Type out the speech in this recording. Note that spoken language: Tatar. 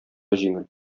җиңел